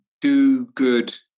do-good